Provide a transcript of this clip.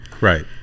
Right